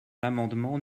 l’amendement